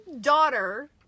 daughter